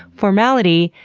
formality,